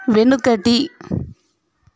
వెనుకటి